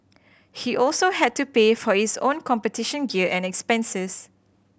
he also had to pay for his own competition gear and expenses